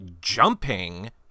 jumping